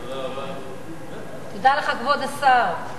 תודה לך, כבוד השר.